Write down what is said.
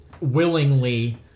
willingly